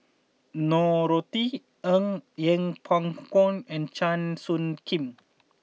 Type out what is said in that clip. Norothy Ng Yeng Pway Ngon and Chua Soo Khim